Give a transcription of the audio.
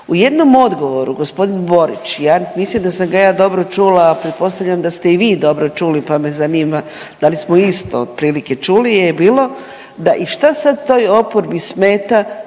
U jednom odgovoru gospodin Borić i ja mislim da sam ga ja dobro čula, a pretpostavljam da ste i vi dobro čuli, pa me zanima da li smo isto otprilike čuli je i bilo da i šta sad toj oporbi smeta